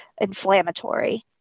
inflammatory